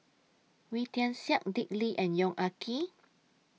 Wee Tian Siak Dick Lee and Yong Ah Kee